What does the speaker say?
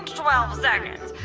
twelve seconds.